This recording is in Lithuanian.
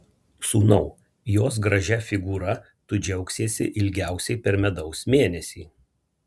sūnau jos gražia figūra tu džiaugsiesi ilgiausiai per medaus mėnesį